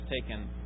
taken